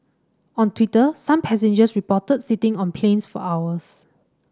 on Twitter some passengers reported sitting on planes for hours